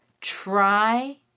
try